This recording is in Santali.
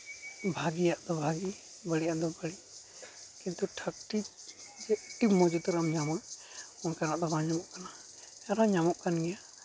ᱵᱷᱟᱜᱮᱭᱟᱜ ᱫᱚ ᱵᱷᱟᱜᱮ ᱵᱟᱹᱲᱤᱡᱟᱜ ᱫᱚ ᱵᱟᱹᱲᱤᱡ ᱠᱤᱱᱛᱩ ᱴᱷᱟᱠ ᱴᱷᱤᱠ ᱟᱹᱰᱤ ᱢᱚᱡᱽ ᱩᱛᱟᱹᱨᱟᱜ ᱮᱢ ᱧᱟᱢᱟ ᱚᱱᱠᱟᱱᱟᱜ ᱫᱚ ᱵᱟᱝ ᱧᱟᱢᱚᱜ ᱠᱟᱱᱟ ᱟᱨᱚ ᱧᱟᱢᱚᱜ ᱠᱟᱱ ᱜᱮᱭᱟ